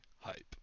hype